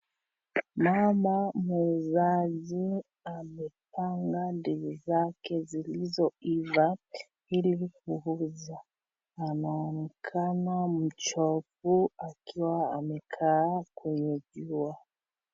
Mama muuzaji, amepanga ndizi zake zilizoiva ili kuuza. Anaonekana mchovu, akiwa amekaa kwenye jua.